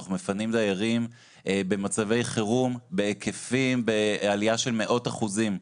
אנחנו מפנים דיירים במצבי חירום בעלייה של מאות אחוזים.